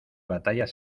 batallas